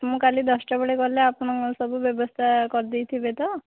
ମୁଁ କାଲି ଦଶଟାବେଳେ ଗଲେ ଆପଣ ମୋର ସବୁ ବ୍ୟବସ୍ଥା କରି ଦେଇଥିବେ ତ